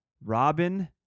Robin